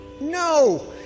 No